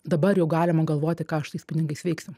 dabar jau galima galvoti ką aš su tais pinigais veiksiu